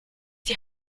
die